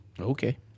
Okay